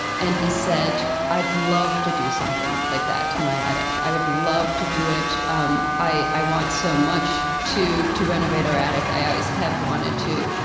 and he said, i'd love to do something like that to my attic. i would love to do it. um i i want so much to to renovate our attic. i always have wanted to.